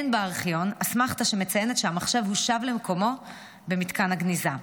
אין בארכיון אסמכתה שמציינת שהמחשב הושב למקומו במתקן הגניזה.